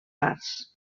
parts